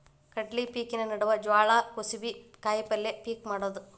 ಕಡ್ಲಿ ಪಿಕಿನ ನಡುವ ಜ್ವಾಳಾ, ಕುಸಿಬಿ, ಕಾಯಪಲ್ಯ ಪಿಕ್ ಮಾಡುದ